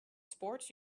sports